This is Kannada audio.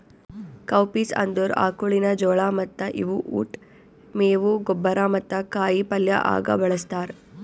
ಕೌಪೀಸ್ ಅಂದುರ್ ಆಕುಳಿನ ಜೋಳ ಮತ್ತ ಇವು ಉಟ್, ಮೇವು, ಗೊಬ್ಬರ ಮತ್ತ ಕಾಯಿ ಪಲ್ಯ ಆಗ ಬಳ್ಸತಾರ್